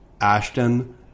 Ashton